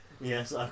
yes